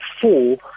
four